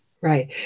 Right